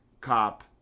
cop